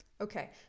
Okay